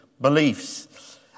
beliefs